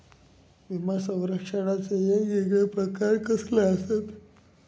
विमा सौरक्षणाचे येगयेगळे प्रकार कसले आसत?